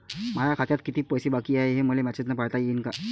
माया खात्यात कितीक पैसे बाकी हाय, हे मले मॅसेजन पायता येईन का?